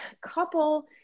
couple